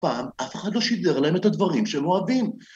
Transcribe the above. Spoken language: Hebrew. פעם אף אחד לא שידר לנו את הדברים שהם אוהבים.